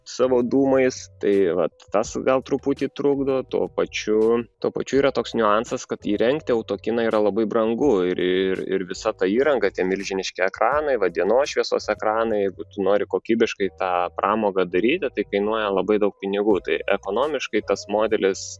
savo dūmais tai vat tas gal truputį trukdo tuo pačiu tuo pačiu yra toks niuansas kad įrengti autokinąyra labai brangu ir ir visa įranga tie milžiniški ekranai va dienos šviesos ekranai jeigu tu nori kokybiškai tą pramogą daryti tai kainuoja labai daug pinigų tai ir ekonomiškai tas modelis